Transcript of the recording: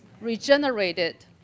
regenerated